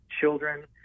children